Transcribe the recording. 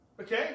Okay